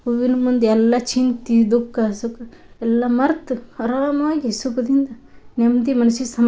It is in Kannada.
ಹೂವಿನ ಮುಂದೆ ಎಲ್ಲ ಚಿಂತೆ ದುಃಖ ಸುಖ ಎಲ್ಲ ಮರ್ತು ಅರಾಮಾಗಿ ಸುಖದಿಂದ ನೆಮ್ಮದಿ ಮನ್ಸಿಗೆ ಸಮ್